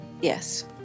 Yes